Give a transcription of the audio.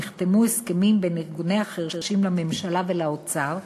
נחתמו הסכמים בין ארגוני החירשים לממשלה ולאוצר,